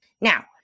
Now